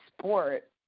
sport